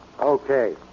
Okay